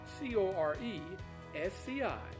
C-O-R-E-S-C-I